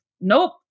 nope